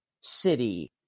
City